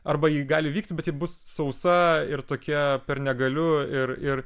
arba ji gali vykti bet ji bus sausa ir tokia per negaliu ir ir